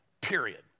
Period